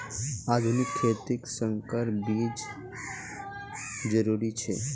आधुनिक खेतित संकर बीज जरुरी छे